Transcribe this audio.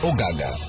Ogaga